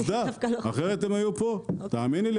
בגלל זה הם לא פה, הם איתך.